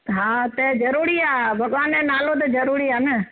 हा त ज़रूरी आहे भॻवान जो नालो त ज़रूरी आहे न